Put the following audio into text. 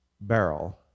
barrel